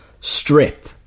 strip